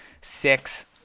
six